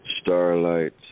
Starlight